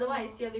oh